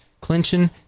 clinching